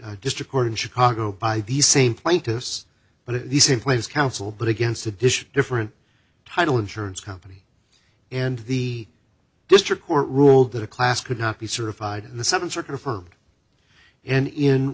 court in chicago by these same plaintiffs but at the same place counsel but against a dish different title insurance company and the district court ruled that a class could not be certified in the seventh circuit or firm and in